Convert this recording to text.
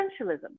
essentialism